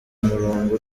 umurongo